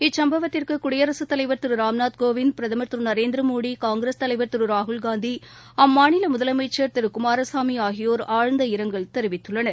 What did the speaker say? இச்சுப்பவத்திற்கு குடியரசு தலைவர் திரு ராம்நாத் கோவிந்த் பிரதமர் திரு நரேந்திர மோடி காங்கிரஸ் தலைவர் திரு ராகுல் காந்தி அம்மாநில முதலமைச்சர் திரு ஹெச் டி குமாரசாமி ஆகியோர் ஆழ்ந்த இரங்கல் தெரிவித்துள்ளனர்